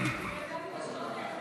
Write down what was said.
את מי אני שומע כאן בצד הזה?